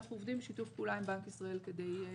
ואנחנו עובדים בשיתוף פעולה עם בנק ישראל כדי להסדיר את זה.